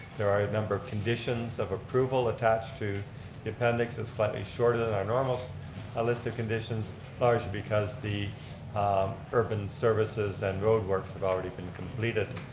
there are a number of conditions of approval attached to the appendix, it's slightly shorter than our normal ah list of conditions largely because the urban services and roadworks have already been completed.